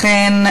לכן,